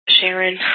Sharon